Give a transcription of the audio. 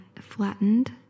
flattened